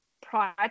prior